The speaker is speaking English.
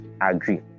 agree